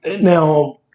now